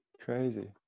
crazy